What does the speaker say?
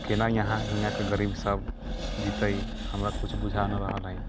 केना यहाँ हियाँके गरीब सब जीतै हमरा किछु बुझा नहि रहल हय